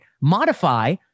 modify